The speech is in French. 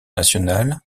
nationale